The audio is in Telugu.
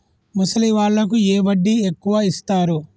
ముసలి వాళ్ళకు ఏ వడ్డీ ఎక్కువ ఇస్తారు?